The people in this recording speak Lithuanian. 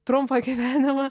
trumpą gyvenimą